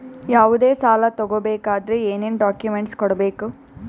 ಯಾವುದೇ ಸಾಲ ತಗೊ ಬೇಕಾದ್ರೆ ಏನೇನ್ ಡಾಕ್ಯೂಮೆಂಟ್ಸ್ ಕೊಡಬೇಕು?